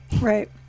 right